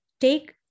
take